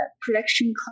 production